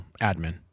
admin